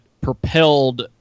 propelled